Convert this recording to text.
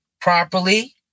properly